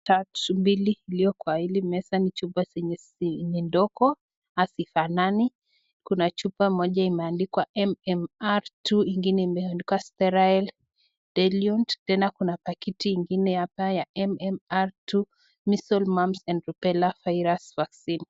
Tatu mbili iliyo kwa hili meza ni chupa zenye si ndogo hazifanani. Kuna chupa moja imeandikwa MMR2 ingine imeandikwa sterile diluent. Tena kuna paketi ingine hapa ya MMR2 Measles Mumps and Rubella virus vaccine .